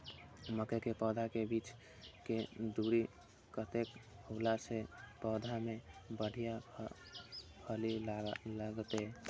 मके के पौधा के बीच के दूरी कतेक होला से पौधा में बढ़िया फली लगते?